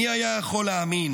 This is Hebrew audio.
מי היה יכול להאמין,